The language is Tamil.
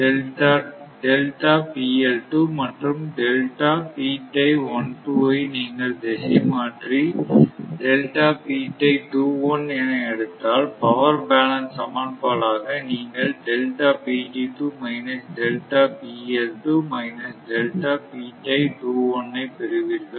மேலும் ஐ நீங்கள் திசை மாற்றி என எடுத்தால் பவர் பாலன்ஸ் சமன்படாக நீங்கள் ஐ பெறுவீர்கள்